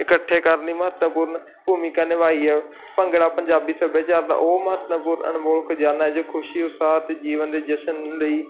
ਇਕੱਠੇ ਕਰਨ ਲਈ ਮਹੱਤਵਪੂਰਨ ਭੂਮਿਕਾ ਨਿਭਾਈ ਹ ਭੰਗੜਾ ਪੰਜਾਬੀ ਸੱਭਿਆਚਾਰ ਦਾ ਉਹ ਮਹੱਤਵਪੂਰਨ ਅਨਮੋਲ ਖਜ਼ਾਨਾ ਜੋ ਖੁਸ਼ੀ ਉਸਾਰ ਤੇ ਜੀਵਨ ਦੇ ਜਸ਼ਨ ਲਈ